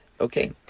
Okay